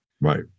Right